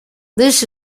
this